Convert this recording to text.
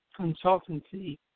consultancy